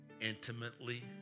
intimately